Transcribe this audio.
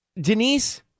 Denise